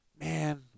Man